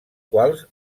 quals